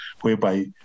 whereby